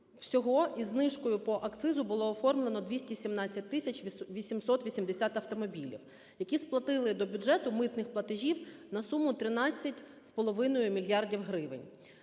всього із знижкою по акцизу було оформлено 217 тисяч 880 автомобілів, які сплатили до бюджету митних платежів на суму 13 з